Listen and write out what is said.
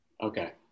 Okay